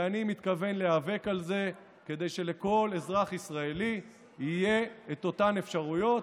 ואני מתכוון להיאבק על זה שלכל אזרח ישראלי יהיו אותן אפשרויות,